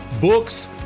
books